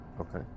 Okay